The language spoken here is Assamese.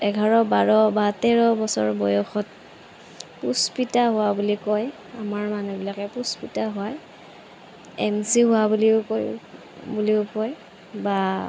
এঘাৰ বাৰ বা তেৰ বছৰ বয়সত পুস্পিতা হোৱা বুলি কয় আমাৰ মানুহবিলাকে পুস্পিতা হয় এম চি হোৱা বুলিও কয় বুলিও কয় বা